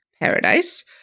paradise